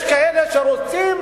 יש כאלה שרוצים